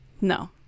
No